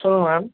சொல்லுங்கள் மேம்